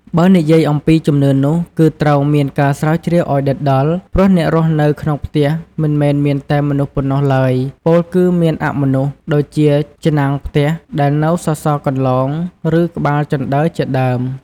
បើនិយាយអំពីជំនឿនោះ គឺត្រូវមានការស្រាវជ្រាវឲ្យដិតដល់ ព្រោះអ្នករស់នៅក្នុងផ្ទះ មិនមែនមានតែមនុស្សប៉ុណ្ណោះឡើយ ពោលគឺមានអមនុស្ស ដូចជាច្នាងផ្ទះដែលនៅសសរកន្លោង ឬក្បាល ជណ្តើរជាដើម។